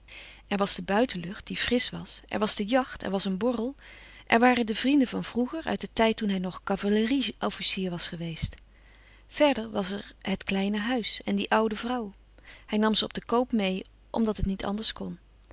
er was de buitenlucht die frisch was er was de jacht er was een borrel er waren de vrienden van vroeger uit den tijd toen hij nog kavallerie officier was geweest verder was er het kleine huis en die oude vrouw hij nam ze op den koop meê omdat het niet anders kon